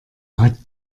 hat